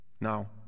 Now